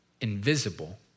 invisible